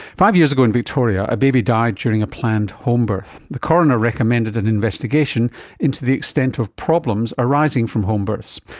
five years ago in victoria a baby died during a planned homebirth. the coroner recommended an investigation into the extent of problems arising from home births.